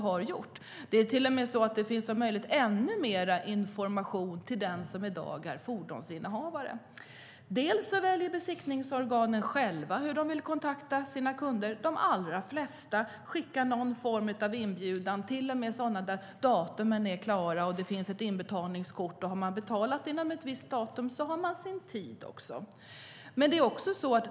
Tvärtom finns det i dag om möjligt ännu mer information för den som är fordonsinnehavare. Besiktningsorganen väljer själva hur de vill kontakta sina kunder. De allra flesta skickar någon form av inbjudan, till och med sådana där datumen är klara och det finns ett inbetalningskort. Om man då betalar före ett visst datum har man bokat sin tid också.